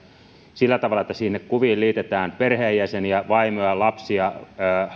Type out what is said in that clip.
sillä tavalla että sinne kuviin liitetään perheenjäseniä vaimoja lapsia